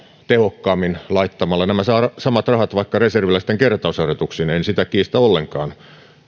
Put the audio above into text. tehokkaammin laittamalla nämä samat rahat vaikka reserviläisten kertausharjoituksiin en sitä kiistä ollenkaan